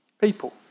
people